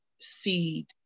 seed